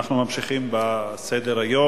אנחנו ממשיכים בסדר-היום.